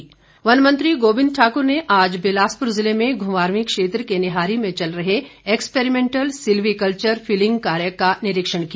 गोबिंद ठाकुर वन मंत्री गोबिंद ठाकुर ने आज बिलासपुर जिले में घुमारवीं क्षेत्र के निहारी में चल रहे एक्सपैरिमेंटल सिल्वीकल्चर फिलिंग कार्य का निरीक्षण किया